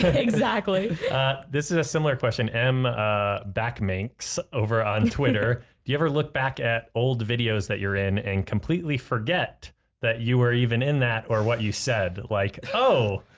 exactly this is a similar question emma ah back makes over on twitter you ever look back at old videos that you're in and completely forget that you were even in that, or what you said like oh,